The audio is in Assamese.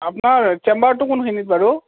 আপোনাৰ চেম্বাৰটো কোনখিনিত বাৰু